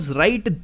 right